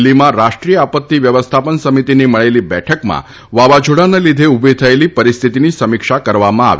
દિલ્હીમાં રાષ્ટ્રીય આપત્તિ વ્યવસ્થાપન સમિતિની મળેલી બેઠકમાં વાવાઝોડાના લીધે ઊભી થયેલી પરિસ્થિતિની સમીક્ષા કરવામાં આવી